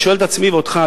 אני שואל את עצמי ואותך,